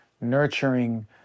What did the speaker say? nurturing